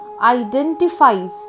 identifies